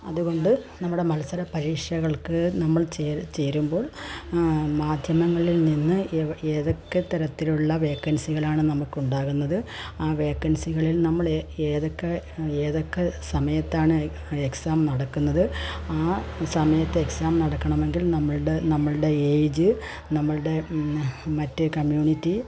അതുകൊണ്ട് നമ്മുടെ മത്സരപ്പരീക്ഷകൾക്ക് നമ്മൾ ചേരുമ്പോൾ മാധ്യമങ്ങളിൽ നിന്ന് ഏതൊക്കെ തരത്തിലുള്ള വേക്കാൻസികളാണ് നമുക്കുണ്ടാകുന്നത് ആ വേക്കൻസികളിൽ നമ്മൾ ഏതൊക്കെ ഏതൊക്കെ സമയത്താണ് എക്സാം നടക്കുന്നത് ആ സമയത്ത് എക്സാം നടക്കണമെങ്കിൽ നമ്മളുടെ നമ്മളുടെ എയിജ് നമ്മളുടെ മറ്റ് കമ്മ്യൂണിറ്റി